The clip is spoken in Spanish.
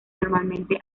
normalmente